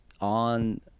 on